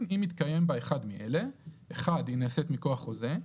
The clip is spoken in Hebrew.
אם מתקיים בה אחד מאלה: היא נעשית מכוח חוזה,